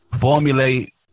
formulate